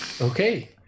Okay